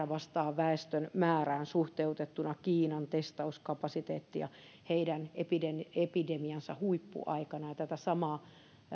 vastaa väestön määrään suhteutettuna kiinan testauskapasiteettia heidän epidemiansa huippuaikana tätä samaa